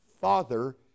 father